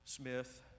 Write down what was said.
Smith